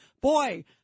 Boy